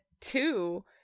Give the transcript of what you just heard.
two